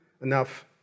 enough